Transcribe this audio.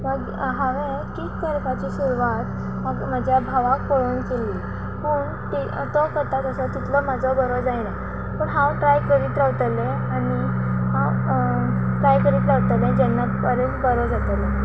मागी हांवे केक करपाची सुरवात म्हाज्या भावाक पळोवन केल्ली पूण ती तो करता तसो तितलो म्हाजो बरो जायना पूण हांव ट्राय करीत रावतले आनी हांव ट्राय करीत रावतले जेन्ना परत बरो जातलो